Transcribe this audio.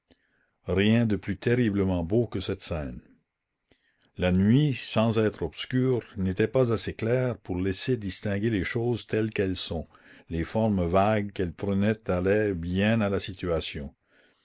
rien de plus terriblement beau que cette scène la nuit sans être obscure n'était pas assez claire pour laisser distinguer les choses telles qu'elles sont les formes vagues qu'elles prenaient allaient bien à la situation